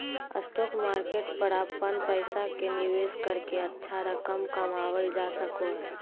stock market पर अपन पैसा के निवेश करके अच्छा रकम कमावल जा सको हइ